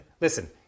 listen—